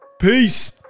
peace